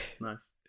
nice